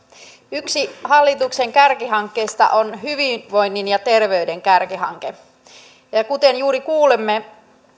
yksi hallituksen kärkihankkeista on hyvinvoinnin ja terveyden kärkihanke kuten juuri kuulimme